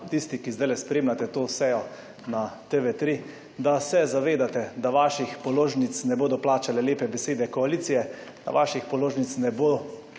tisti, ki zdajle spremljate to sejo na TV3, da se zavedate, da vaših položnic ne bodo plačale lepe besede koalicije, vaših položnic ne bodo